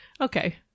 Okay